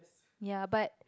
ya but